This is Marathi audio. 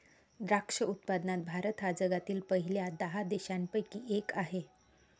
द्राक्ष उत्पादनात भारत हा जगातील पहिल्या दहा देशांपैकी एक आहे